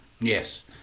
Yes